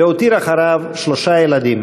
והותיר אחריו שלושה ילדים.